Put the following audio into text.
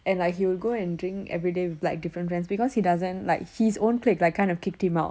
and like he would go and drink everyday w~ like different friends because he doesn't like his own clique like kind of kicked him out